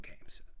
games